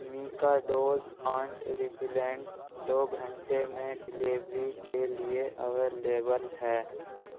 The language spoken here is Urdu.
میکاڈوز آنٹ ریپیولینٹ دو گھنٹے میں ڈلیوری کے لیے اویلیبل ہے